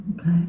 Okay